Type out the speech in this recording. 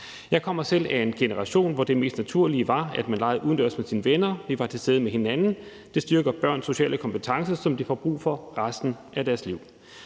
Jeg er selv af en generation, hvor det mest naturlige var, at man legede udendørs med sine venner. Vi var til stede med hinanden. Det styrker børns sociale kompetencer, som de får brug for resten af deres liv.